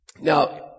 Now